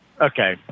Okay